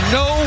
no